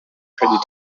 credit